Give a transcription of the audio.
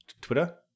Twitter